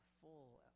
full